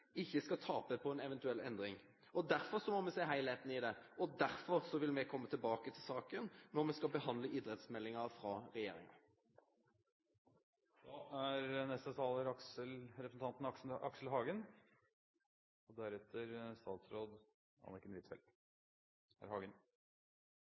ikke taper på en eventuell endring. Derfor må vi se helheten i dette. Derfor vil vi komme tilbake til saken når vi skal behandle idrettsmeldingen fra regjeringen. Jeg tror ikke representanten Korsberg er trist. Jeg tror heller ikke at representanten